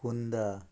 कुंदा